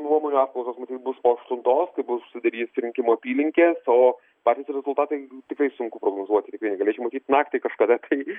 nuomonių apklausos matyt bus po aštuntos tai bus sudarys rinkimų apylinkės o patys rezultatai tikrai sunku prognozuoti tikrai negalėčiau matyt naktį kažkada kai